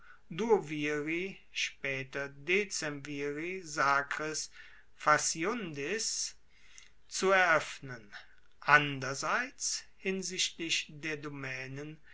zu eroeffnen anderseits hinsichtlich der domaenen